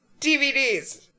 DVDs